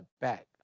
back